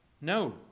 No